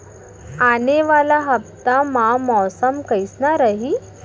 आने वाला हफ्ता मा मौसम कइसना रही?